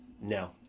No